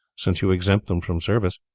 since you exempt them from service.